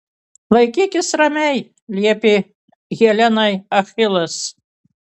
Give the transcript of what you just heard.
laikykis ramiai liepė helenai achilas